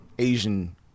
Asian